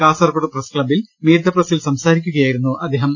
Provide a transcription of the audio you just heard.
Kasaragod press ക്ലബ്ബിൽ meet the പ്രസിൽ സംസാരിക്കുകയായിരുന്നു അദ്ദേഹം